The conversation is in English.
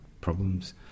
problems